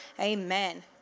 amen